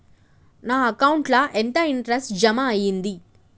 నా అకౌంట్ ల ఎంత ఇంట్రెస్ట్ జమ అయ్యింది?